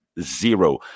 zero